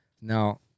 now